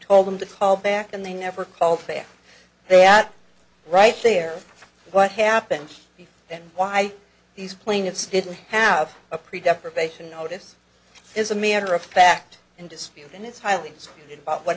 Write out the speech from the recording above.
told them to call back and they never called there they are right there what happened and why these plaintiffs didn't have a pre depravation notice is a matter of fact in dispute and it's highly about what